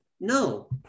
No